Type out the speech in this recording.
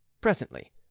presently